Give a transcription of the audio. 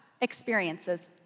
experiences